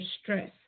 stress